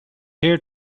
here